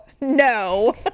no